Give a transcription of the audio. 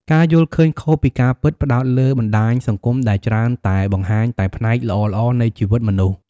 ការយល់ឃើញខុសពីការពិត ផ្តោតលើបណ្ដាញសង្គមដែលច្រើនតែបង្ហាញតែផ្នែកល្អៗនៃជីវិតមនុស្ស។